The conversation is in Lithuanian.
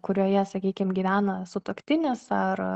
kurioje sakykim gyvena sutuoktinis ar